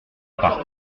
par